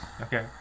Okay